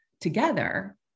together